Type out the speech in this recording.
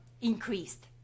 increased